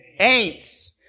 aints